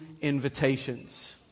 invitations